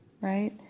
right